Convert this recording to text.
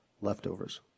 leftovers